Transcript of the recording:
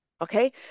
Okay